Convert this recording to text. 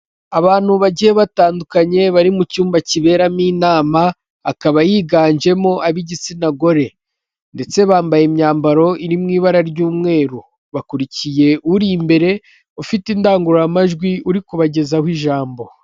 Abantu bagiye batandukanye bari mu cyumba kiberamo inama, akaba yiganjemo ab'igitsina gore ndetse bambaye imyambaro iri mu ibara ry'umweru, bakurikiye uri imbere ufite indangururamajwi uri kubagezaho ijambo.